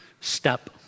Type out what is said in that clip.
step